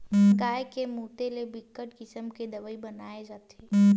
गाय के मूते ले बिकट किसम के दवई बनाए जाथे